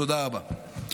תודה רבה.